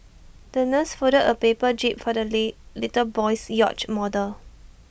the nurse folded A paper jib for the lit little boy's yacht model